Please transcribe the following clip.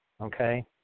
okay